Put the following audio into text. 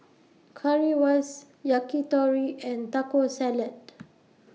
Currywurst Yakitori and Taco Salad